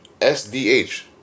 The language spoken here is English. SDH